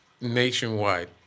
nationwide